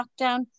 lockdown